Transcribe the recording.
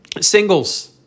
Singles